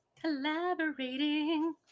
Collaborating